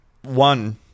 one